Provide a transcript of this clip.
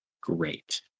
great